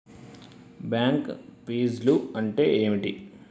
Bank ఫీజ్లు అంటే ఏమిటి?